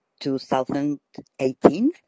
2018